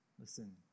Listen